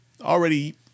already